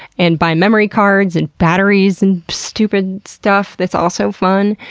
and buy memory cards, and batteries, and stupid stuff that's also fun.